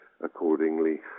accordingly